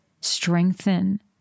strengthen